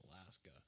Alaska